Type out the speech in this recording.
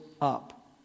up